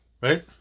right